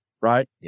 right